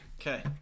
Okay